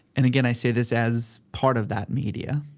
and again, i say this as part of that media.